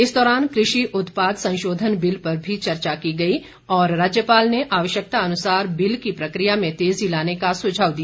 इस दौरान कृषि उत्पाद संशोधन बिल पर भी चर्चा की गई और राज्यपाल ने आवश्यकता अनुसार बिल की प्रक्रिया में तेजी लाने का सुझाव दिया